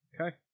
Okay